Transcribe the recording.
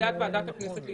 לענייני השירות.